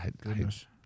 Goodness